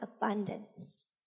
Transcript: abundance